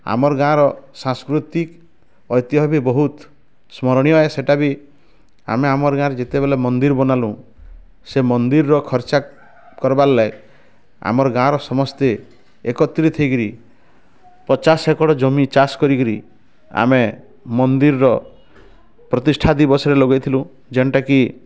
ଆମର ଗାଁର ସାଂସ୍କୃତିକ ଐତିହ୍ୟ ବି ବହୁତ ସ୍ମରଣୀୟ ୟେକା ସେଟା ବି ଆମେ ଆମର ଗାଁରେ ଯେତେବେଳେ ମନ୍ଦିର ବନାଲୁଁ ସେ ମନ୍ଦିରର ଖର୍ଚ୍ଚା କରିବାର ଲାଗି ଆମର ଗାଁର ସମସ୍ତେ ଏକତ୍ରିତ ହେଇ କରି ପଚାଶ ଏକର ଜମି ଚାଷ କରିକିରି ଆମେ ମନ୍ଦିରର ପ୍ରତିଷ୍ଠା ଦିବସରେ ଲଗାଇଥିଲୁଁ ଯେନ୍ତା କି